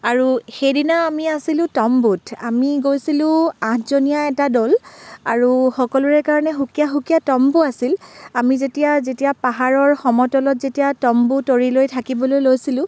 আৰু সেইদিনা আমি আছিলোঁ তম্বুত আমি গৈছিলোঁ আঠজনীয়া এটা দল আৰু সকলোৰে কাৰণে সুকীয়া সুকীয়া তম্বু আছিল আমি যেতিয়া যেতিয়া পাহাৰৰ সমতলত যেতিয়া তম্বু তৰি লৈ থাকিবলৈ লৈছিলোঁ